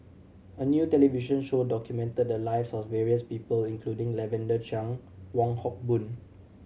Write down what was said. a new television show documented the lives of various people including Lavender Chang Wong Hock Boon